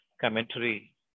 commentary